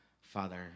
Father